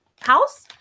house